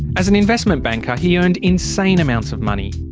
as an investment banker he earned insane amounts of money.